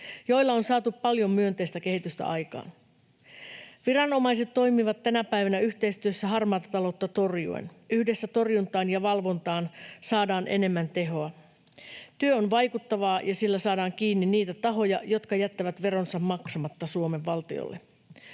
joilla on saatu paljon myönteistä kehitystä aikaan. Viranomaiset toimivat tänä päivänä yhteistyössä harmaata taloutta torjuen. Yhdessä torjuntaan ja valvontaan saadaan enemmän tehoa. Työ on vaikuttavaa, ja sillä saadaan kiinni niitä tahoja, jotka jättävät veronsa maksamatta Suomen valtiolle.